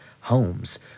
Homes